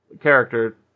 character